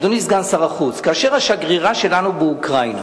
אדוני סגן שר החוץ: כאשר השגרירה שלנו באוקראינה